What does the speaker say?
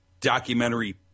documentary